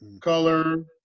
color